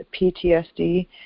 PTSD